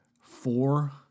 four